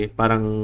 parang